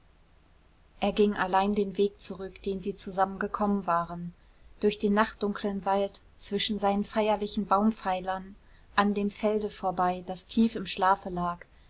er ging allein den weg zurück den sie zusammen gekommen waren durch den nachtdunklen wald zwischen seinen feierlichen baumpfeilern an dem felde vorbei das tief im schlafe lag